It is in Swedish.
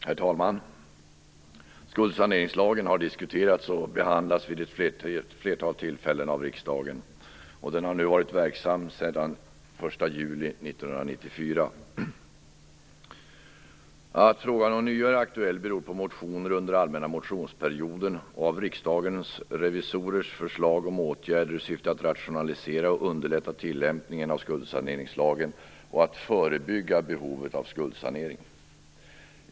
Herr talman! Skuldsaneringslagen har diskuterats och behandlats vid ett flertal tillfällen av riksdagen. Den har nu varit verksam sedan den 1 juli 1994. Att frågan ånyo är aktuell beror på motioner under allmänna motionsperioden och av Riksdagens revisorers förslag om åtgärder i syfte att rationalisera och underlätta tillämpningen av skuldsaneringslagen och att förebygga behovet av skuldsanering.